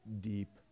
deep